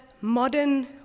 modern